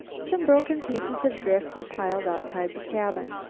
some broken pieces of drift were piled outside the cabin.